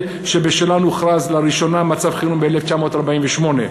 שבשלהן הוכרז לראשונה מצב חירום ב-1948.